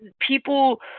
people